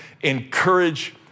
encourage